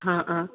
ആ ആ